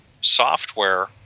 software